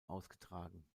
ausgetragen